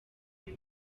uyu